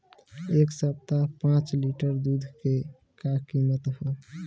एह सप्ताह पाँच लीटर दुध के का किमत ह?